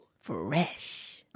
Fresh